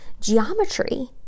geometry